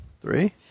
Three